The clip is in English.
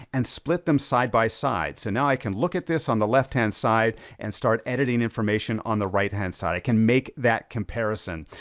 and split them side by side. so now i can look at this on the left hand side, and start editing information on the right hand side. i can make that comparison.